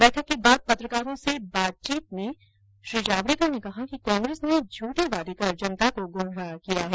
बैठक के बाद पत्रकारों से बातचीत करते हुए श्री जावडेकर ने कहा कि कांग्रेस ने झूंठे वादे कर जनता को गुमराह किया है